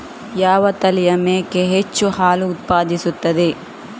ಯಾವ ತಳಿಯ ಮೇಕೆ ಹೆಚ್ಚು ಹಾಲು ಉತ್ಪಾದಿಸುತ್ತದೆ?